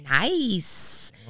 Nice